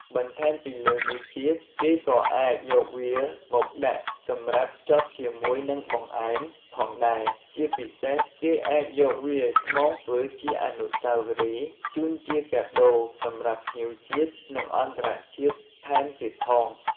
បន្ថែមពីលើនេះទៀត គេក៏អាចយកវាមកដាក់សម្រាប់ខ្ចប់ជាមួយនឹងបង្អែមផងដែរ ជាពិសេសគេអាចយកវាមកធ្វើជាវត្ថុអនុសាវរីយ៍ជូនជាការដូរសម្រាប់ភ្ញៀវជាតិ និងអន្តរជាតិថែមទៀតផង។